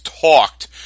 talked